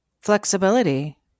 flexibility